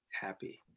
Happy